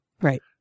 Right